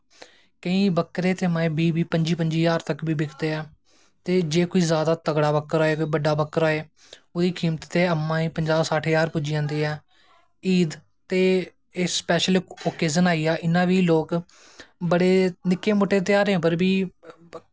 केंई बकरे ते बीह् बीह् पंजी ज्हार तक बी बिकदे ऐं ते जे कोई बड़ा जादा तगड़ा बकरा होऐ बड्डा बकरा होऐ ओह्दी कीमत ते पंज़ाह् सट्ठ ज्हार पुज्जी जंदी ऐ ईद ते एह् स्पैशल ओकेज़न आइया इयां बी लोग बड़े निक्के मुट्टे ध्यारें उप्पर बी